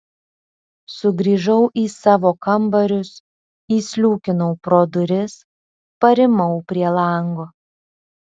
sugrįžau į savo kambarius įsliūkinau pro duris parimau prie lango